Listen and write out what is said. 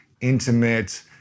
intimate